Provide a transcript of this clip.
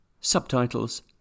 Subtitles